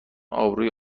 آبروی